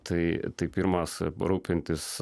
tai tai pirmas rūpintis